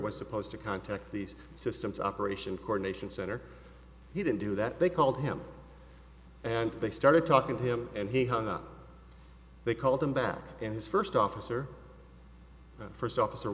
was supposed to contact these systems operation coronation center he didn't do that they called him and they started talking to him and he hung up they called him back and his first officer first officer